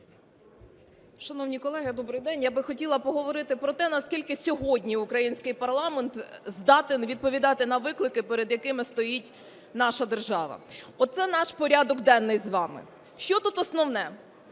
Шановні колеги, добрий день! Я би хотіла поговорити про те, наскільки сьогодні український парламент здатен відповідати на виклики, перед якими стоїть наша держава. Оце наш порядок денний з вами. Що тут основне?